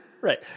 Right